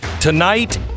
Tonight